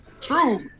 True